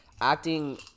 acting